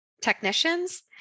technicians